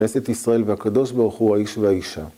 כנסת ישראל והקדוש ברוך הוא הוא האיש והאישה